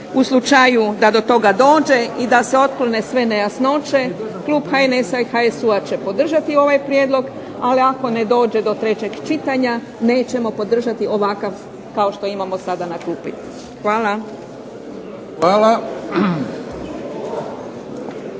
U slučaju da do toga dođe i da se otklone sve nejasnoće, klub HNS-a i HSU-a će podržati ovaj prijedlog, ali ako ne dođe do trećeg čitanja nećemo podržati ovakav kao što sam imamo sada na klupi. Hvala.